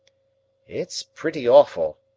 it's pretty awful,